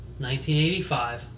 1985